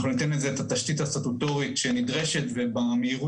אנחנו ניתן לזה את התשתית הסטטוטורית שנדרשת ובמהירות